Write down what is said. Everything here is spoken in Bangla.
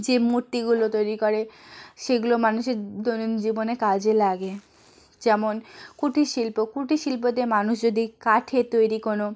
যে মূর্তিগুলো তৈরি করে সেগুলো মানুষের দৈনন্দিন জীবনে কাজে লাগে যেমন কুটিরশিল্প কুটিরশিল্পতে মানুষ যদি কাঠের তৈরি কোনো